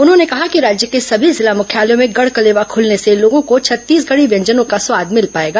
उन्होंने कहा कि राज्य के सभी जिला मुख्यालयों में गढ़ कलेवा खुलने से लोगों को छत्तीसगढ़ी व्यंजनों का स्वाद मिल पाएगा